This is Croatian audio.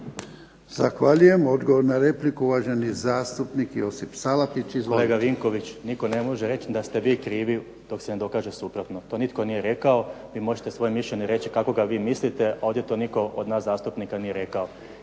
Ivan (HDZ)** Odgovor na repliku, uvaženi zastupnik Josip Salapić. Izvolite.